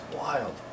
wild